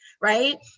right